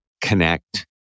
connect